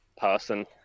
person